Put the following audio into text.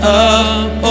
up